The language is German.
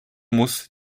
muss